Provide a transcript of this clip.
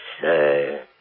sir